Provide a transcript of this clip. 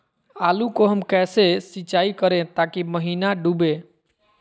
आलू को हम कैसे सिंचाई करे ताकी महिना डूबे?